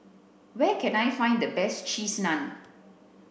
where can I find the best cheese Naan